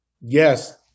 Yes